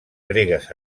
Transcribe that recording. gregues